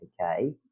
Okay